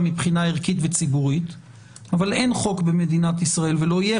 מבחינה ערכית וציבורית אבל אין חוק במדינת ישראל ולא יהיה